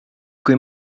kui